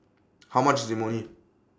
How much IS Imoni